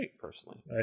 Personally